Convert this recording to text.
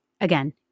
Again